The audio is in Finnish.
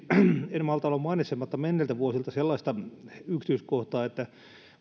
en malta olla mainitsematta menneiltä vuosilta sellaista yksityiskohtaa että